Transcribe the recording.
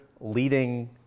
leading